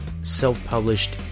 self-published